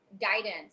guidance